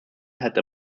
had